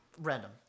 random